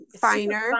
finer